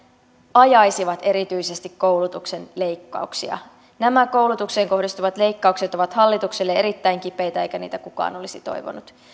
ajaisivat erityisesti koulutuksen leikkauksia nämä koulutukseen kohdistuvat leikkaukset ovat hallitukselle erittäin kipeitä eikä niitä kukaan olisi toivonut